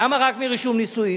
למה רק מרישום נישואים?